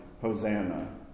Hosanna